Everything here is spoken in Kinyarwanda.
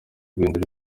guhindura